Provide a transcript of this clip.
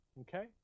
okay